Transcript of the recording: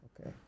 Okay